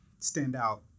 standout